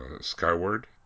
skyward